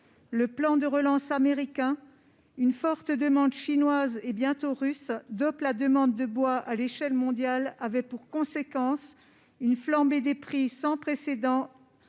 Le plan de relance américain, une forte demande chinoise, et bientôt russe, dopent la demande de bois à l'échelle mondiale, avec pour effet une flambée des prix sans précédent,